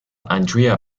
andrea